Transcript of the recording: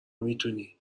میتونی